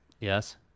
Yes